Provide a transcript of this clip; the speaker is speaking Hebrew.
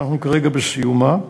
שאנחנו כרגע בסיומה,